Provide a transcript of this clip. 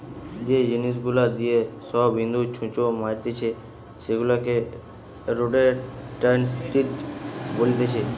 যে জিনিস গুলা দিয়ে সব ইঁদুর, ছুঁচো মারতিছে সেগুলাকে রোডেন্টসাইড বলতিছে